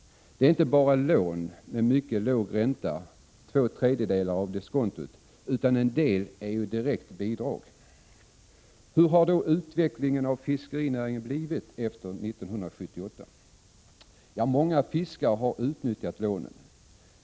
Det är inte bara lån med mycket låg ränta — två tredjedelar av diskontot —, utan en del är direkta bidrag. Hur har då utvecklingen av fiskerinäringen blivit efter 1978? Många fiskare har utnyttjat lånen.